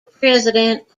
president